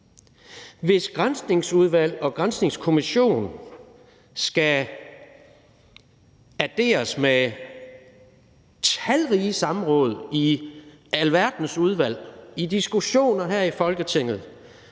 Hvis Granskningsudvalg og granskningskommission skal adderes med talrige samråd i alverdens udvalg, i diskussioner her i Folketinget